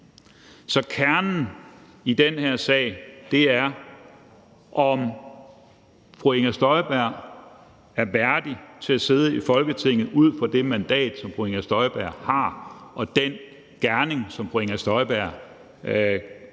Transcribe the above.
Så kernen i den her sag er, om fru Inger Støjberg er værdig til at sidde i Folketinget med det mandat, som fru Inger Støjberg har, og den gerning, som fru Inger Støjberg